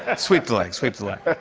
ah sweep the leg, sweep the leg.